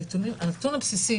הנתון הבסיסי